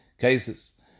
cases